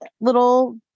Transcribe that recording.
little